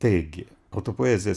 taigi autopoezijos